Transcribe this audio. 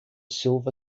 silver